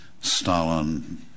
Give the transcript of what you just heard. Stalin